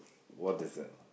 what is it